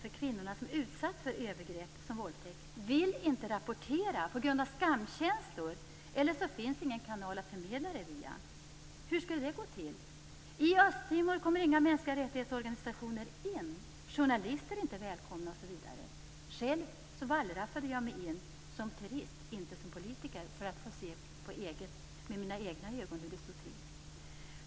De kvinnor som utsatts för övergrepp och våldtäkt vill inte rapportera på grund av skamkänslor, eller så finns det ingen kanal att förmedla det via. Hur skulle det gå till? I Östtimor kommer inga organisationer för mänskliga rättigheter in. Journalister är inte välkomna, osv. Själv wallraffade jag mig in som turist och åkte inte som politiker för att få se med mina egna ögon hur det stod till.